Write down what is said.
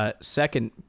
Second